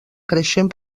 creixent